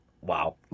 Wow